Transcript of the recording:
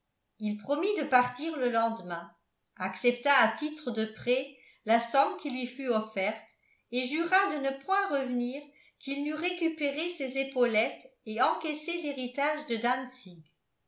il promit de partir le lendemain accepta à titre de prêt la somme qui lui fut offerte et jura de ne point revenir qu'il n'eût récupéré ses épaulettes et encaissé l'héritage de